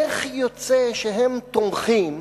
איך יוצא שהם תומכים